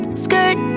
skirt